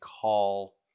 call